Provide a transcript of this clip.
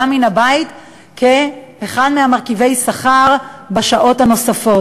מן הבית כאחד ממרכיבי השכר בשעות הנוספות.